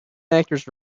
actors